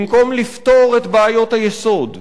במקום לפתור את בעיות היסוד,